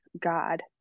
God